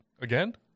again